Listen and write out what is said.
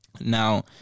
Now